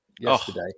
yesterday